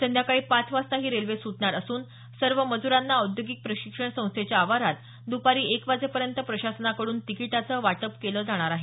संध्याकाळी पाच वाजता ही रेल्वे सुटणार असून सर्व मजुरांना औद्योगिक प्रशिक्षण संस्थेच्या आवारात द्पारी एकवाजेपर्यंत प्रशासनाकडून तिकीटाचे वाटप केले जाणार आहे